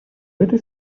этой